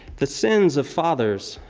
the sins of fathers,